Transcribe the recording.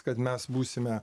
kad mes būsime